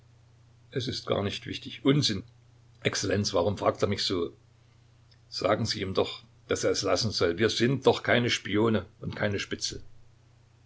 es ist gar nicht wichtig unsinn exzellenz warum fragt er mich so sagen sie ihm doch daß er es lassen soll wir sind doch keine spione und keine spitzel